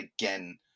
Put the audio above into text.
again